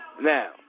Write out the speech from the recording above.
Now